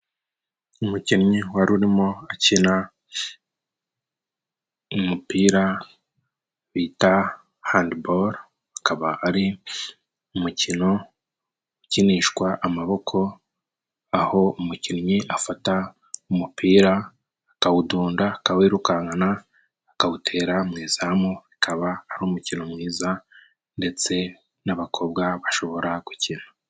Umukinnyi wari urimo akina umupira bita handiboru, akaba ari umukino ukinishwa amaboko, aho umukinnyi afata umupira aka wudunda, aka wirukankana, aka wutera mu izamu bikaba ari umukino mwiza ndetse n'abakobwa bashobora gukina.